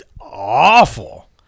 awful